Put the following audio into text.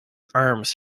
arms